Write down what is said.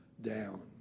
down